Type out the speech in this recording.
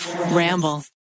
Ramble